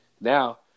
Now